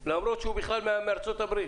למרות שהוא בכלל מארצות-הברית.